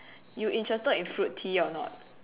you interested in fruit tea or not